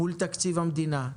מול תקציב המדינה.